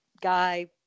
guy